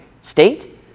State